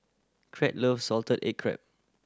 Crete love salted egg crab